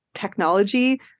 technology